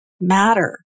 matter